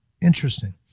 Interesting